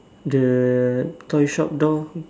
the toy shop door